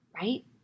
right